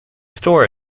store